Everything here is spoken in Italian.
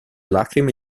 lacrime